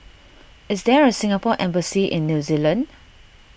is there a Singapore Embassy in New Zealand